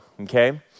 okay